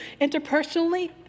interpersonally